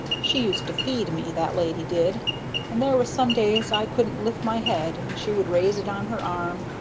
she used to feed me, that lady did and there were some days i couldn't lift my head, and she would rise it on her arm.